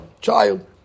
child